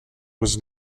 was